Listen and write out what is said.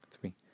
three